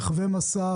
רכבי משא,